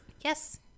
Yes